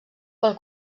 pel